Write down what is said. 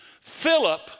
Philip